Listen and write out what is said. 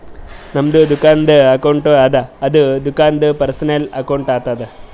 ನಮ್ದು ದುಕಾನ್ದು ಅಕೌಂಟ್ ಅದ ಅದು ದುಕಾಂದು ಪರ್ಸನಲ್ ಅಕೌಂಟ್ ಆತುದ